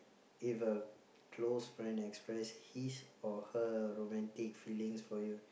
if a close friend express his or her romantic feelings for you